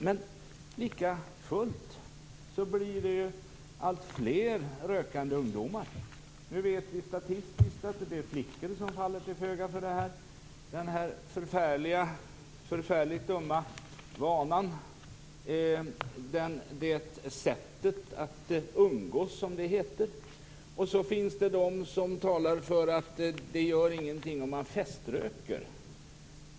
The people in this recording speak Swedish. Men likafullt blir det alltfler rökande ungdomar. Nu vet vi statistiskt att det är fler flickor som faller till föga för den här förfärligt dumma vanan, för det här sättet att "umgås" som det heter. Så finns det de som talar för att det inte gör någonting om man feströker.